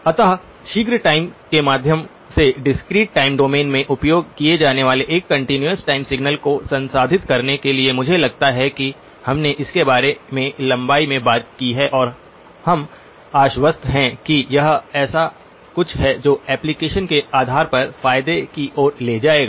अतः शीघ्र टाइम के माध्यम से डिस्क्रीट टाइम डोमेन में उपयोग किए जाने वाले एक कंटीन्यूअस टाइम सिग्नल को संसाधित करने के लिए मुझे लगता है कि हमने इसके बारे में लंबाई में बात की है और हम आश्वस्त हैं कि यह ऐसा कुछ है जो एप्लीकेशन के आधार पर फायदे की ओर ले जाएगा